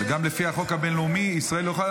וגם לפי החוק הבין-לאומי ישראל לא יכולה